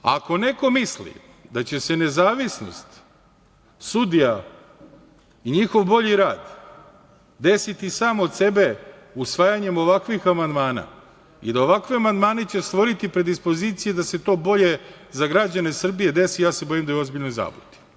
Ako neko misli da će se nezavisnost sudija i njihov bolji rad desiti sam od sebe usvajanjem ovakvih amandmana i da će ovakvi amandmani stvoriti predispozicije da se to bolje za građane Srbije desi, ja se bojim da je u ozbiljnoj zabludi.